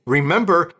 Remember